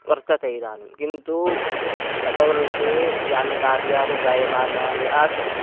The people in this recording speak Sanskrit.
वर्तते इदानीं किन्तु गतवर्षे यानि कार्याणि जायमानानि आसन्